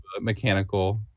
mechanical